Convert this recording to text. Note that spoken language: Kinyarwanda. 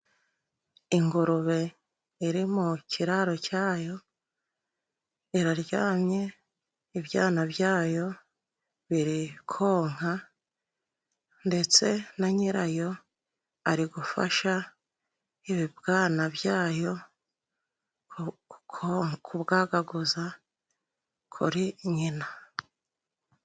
Ingurube iri mu kiraro cyayo iraryamye. Ibyana byayo biri konka ndetse na nyirayo ari gufasha ibibwana byayo, ko konka kubwagaguza kuri nyina.